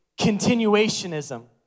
continuationism